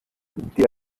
die